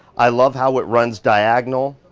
i love how it runs diagonal.